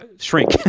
shrink